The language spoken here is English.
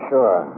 Sure